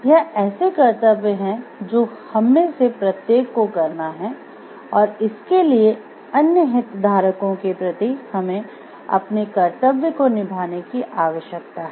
यह ऐसे कर्तव्य है जो हममें से प्रत्येक को करना है और इसके लिए अन्य हितधारको के प्रति हमें अपने कर्तव्य को निभाने की आवश्यकता है